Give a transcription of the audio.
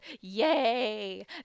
yay